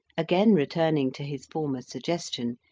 again returning to his former suggestion,